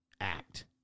act